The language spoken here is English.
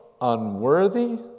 unworthy